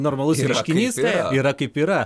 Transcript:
normalus reiškinys yra kaip yra